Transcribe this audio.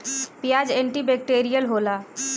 पियाज anti bacterial होला